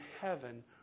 heaven